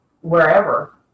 wherever